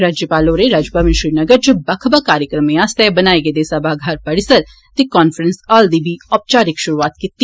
राज्यपाल होरें राज भवन श्रीनगर च बक्ख बक्ख कार्यक्रमें आस्तै बनाए गेदे सभागार परिसर ते कान्फ्रेंस हाल दी बी औपचारिक शुरुआत कीती